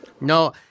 No